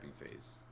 phase